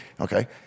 Okay